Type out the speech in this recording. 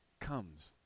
comes